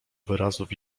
wyrazów